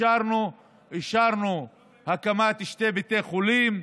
אישרנו הקמת שני בתי חולים,